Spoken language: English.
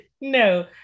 no